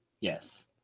Yes